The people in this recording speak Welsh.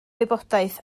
wybodaeth